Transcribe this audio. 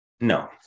No